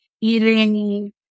eating